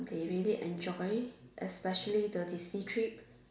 they really enjoy especially the Disney trip